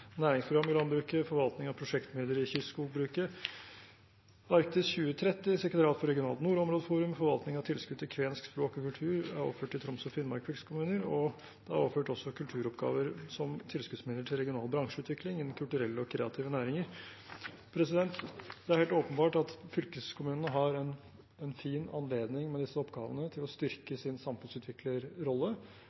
næringsprogram i landbruket, forvaltning av prosjektmidler i kystskogbruket, Arktis 2030, sekretariat for regionalt nordområdeforum, forvaltning av tilskudd til kvensk språk og kultur, som er overført til Troms og Finnmark fylkeskommune, og det er også overført kulturoppgaver som tilskuddsmidler til regional bransjeutvikling innen kulturelle og kreative næringer. Det er helt åpenbart at fylkeskommunene har en fin anledning med disse oppgavene til å styrke sin samfunnsutviklerrolle,